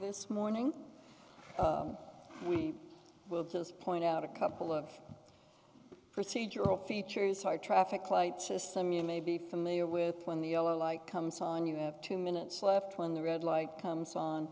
this morning we will just point out a couple of procedural features our traffic light system you may be familiar with when the yellow light comes on you have two minutes left when the red light comes on